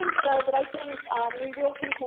and so, but i think we will,